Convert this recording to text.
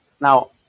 Now